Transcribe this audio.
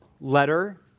letter